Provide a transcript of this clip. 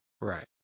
Right